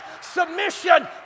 submission